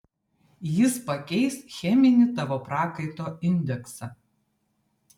jis pakeis cheminį tavo prakaito indeksą